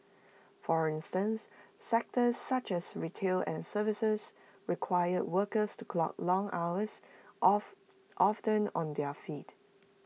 for instance sectors such as retail and services require workers to clock long hours of often on their feet